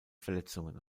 verletzungen